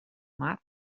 mar